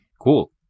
Cool